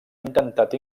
intentat